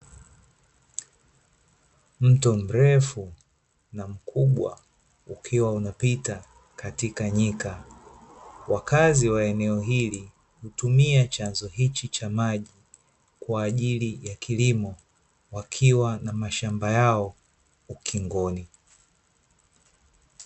Mto mrefu na mkubwa ukiwa umepita katika nyika, wakazi wa eneo hili hutumia chanzo hiki cha maji kwa ajili ya kilimo wakiwa na mashamba yao ukingoni.